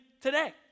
today